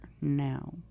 now